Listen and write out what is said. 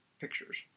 pictures